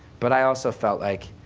but i also felt like,